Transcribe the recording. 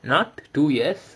not too years